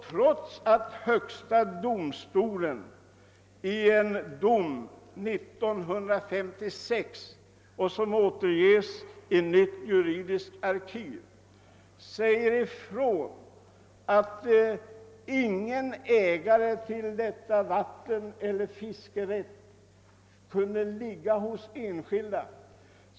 Trots att högsta domstolen i en dom år 1956, som återges i Nytt juridiskt arkiv, sagt ifrån att beträffande detta vatten ingen äganderätt eller fiskerätt kunde ligga hos enskilda.